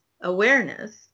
awareness